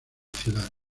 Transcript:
ciudad